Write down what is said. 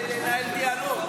כדי שנוכל לנהל דיאלוג.